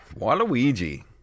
Waluigi